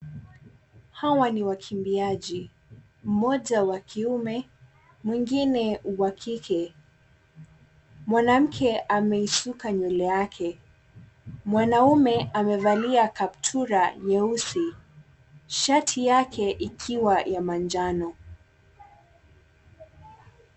Hawa ni wakimbiaji mmoja wa kiume, mwingine wa kike. Mwanamke ameisuka nywele yake. Mwanaume amevalia kaptura nyeusi shati yake ikiwa ya manjano.